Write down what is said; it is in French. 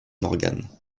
morgan